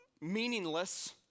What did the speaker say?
meaningless